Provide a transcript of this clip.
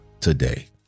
today